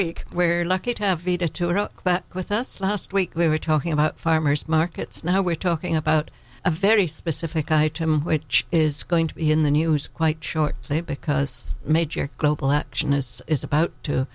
week where lucky taffy to tour with us last week we were talking about farmers markets now we're talking about a very specific item which is going to be in the news quite short because major global action this is about to